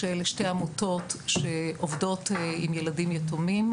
שאלה שתי עמותות שעובדות עם ילדים יתומים,